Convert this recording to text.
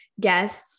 guests